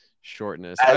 shortness